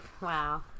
wow